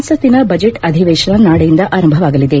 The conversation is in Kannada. ಸಂಸತ್ತಿನ ಬಜೆಟ್ ಅಧಿವೇಶನ ನಾಳೆಯಿಂದ ಆರಂಭವಾಗಲಿದೆ